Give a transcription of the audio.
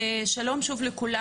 שלום לכולם.